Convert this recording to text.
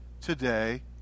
today